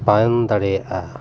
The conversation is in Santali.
ᱵᱟᱢ ᱫᱟᱲᱮᱭᱟᱜᱼᱟ